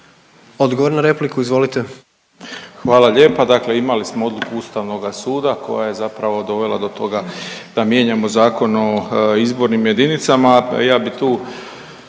Odgovor na repliku, izvolite. **Malenica, Ivan (HDZ)** Hvala lijepa. Dakle imali smo odluku Ustavnoga suda koja je zapravo dovela do toga da mijenjamo Zakon o izbornim jedinicama,